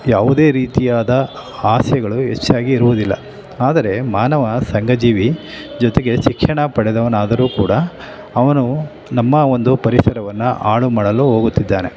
ಯಾವುದೇ ರೀತಿಯಾದ ಆಸೆಗಳು ಹೆಚ್ಚಾಗಿ ಇರುವುದಿಲ್ಲ ಆದರೆ ಮಾನವ ಸಂಘಜೀವಿ ಜೊತೆಗೆ ಶಿಕ್ಷಣ ಪಡೆದವನಾದರೂ ಕೂಡ ಅವನೂ ನಮ್ಮ ಒಂದು ಪರಿಸರವನ್ನು ಹಾಳುಮಾಡಲು ಹೋಗುತ್ತಿದ್ದಾನೆ